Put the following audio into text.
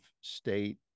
state